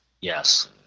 Yes